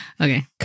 Okay